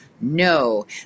No